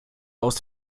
aus